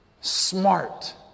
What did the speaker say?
smart